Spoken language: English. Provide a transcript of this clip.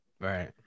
Right